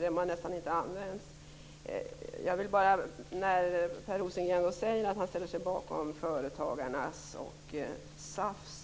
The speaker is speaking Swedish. de nästan inte används. Per Rosengren säger att han ställer sig bakom Företagarna och SAF.